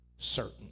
Certain